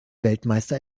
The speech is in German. weltmeister